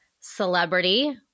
celebrity